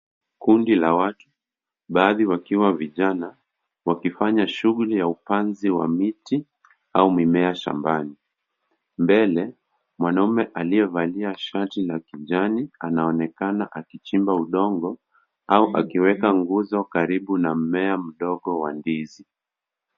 Kundi la watu, baadhi wakiwa vijana wakifanya shughuli ya upanzi wa miti au mimea shambani. Mbele mwanaume aliyevalia shati la kijani anaonekana akichimba udongo, au akiweka nguzo karibu na mmea mdogo wa ndizi.